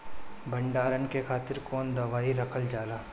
भंडारन के खातीर कौन दवाई रखल जाला?